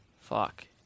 Fuck